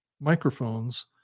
microphones